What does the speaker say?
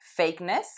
fakeness